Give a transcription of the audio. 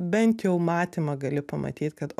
bent jau matymą gali pamatyt kad